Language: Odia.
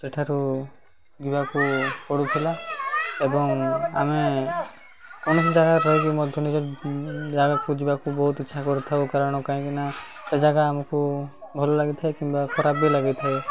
ସେଠାରୁ ଯିବାକୁ ପଡ଼ୁଥିଲା ଏବଂ ଆମେ କୌଣସି ଜାଗାରେ ରହିକି ମଧ୍ୟ ନିଜ ଜାଗାକୁ ଯିବାକୁ ବହୁତ ଇଚ୍ଛା କରିଥାଉ କାରଣ କାହିଁକିନା ସେ ଜାଗା ଆମକୁ ଭଲ ଲାଗିଥାଏ କିମ୍ବା ଖରାପ ବି ଲାଗିଥାଏ